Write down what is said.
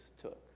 took